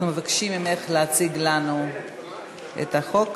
אנחנו מבקשים ממך להציג לנו את החוק.